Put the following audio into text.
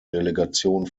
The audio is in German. delegation